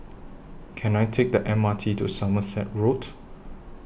Can I Take The M R T to Somerset Road